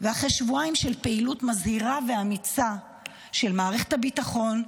ואחרי שבועיים של פעילות מזהירה ואמיצה של מערכת הביטחון,